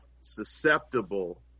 susceptible